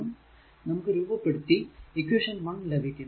നമുക്ക് രൂപപ്പെടുത്തി ഇക്വേഷൻ 1 ലഭിക്കും